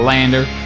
Lander